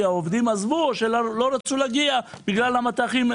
העובדים עזבו או לא רצו להגיע בגלל המטחים,